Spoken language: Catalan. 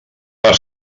per